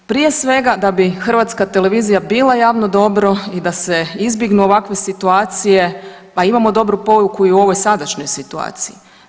Prije svega da bi Hrvatska televizija bila javno dobro i da se izbjegnu ovakve situacija, a imamo dobru poruku i u ovoj sadašnjoj situaciji.